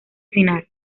final